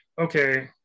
okay